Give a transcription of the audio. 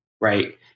right